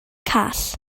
call